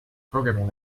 programming